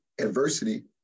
adversity